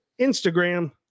Instagram